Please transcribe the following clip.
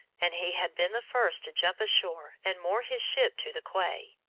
and he had been the first to jump ashore and moor his ship to the quay.